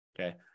Okay